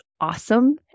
awesome